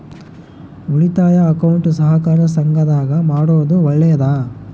ಉಳಿತಾಯ ಅಕೌಂಟ್ ಸಹಕಾರ ಸಂಘದಾಗ ಮಾಡೋದು ಒಳ್ಳೇದಾ?